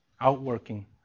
outworking